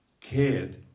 cared